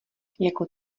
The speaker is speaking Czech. jako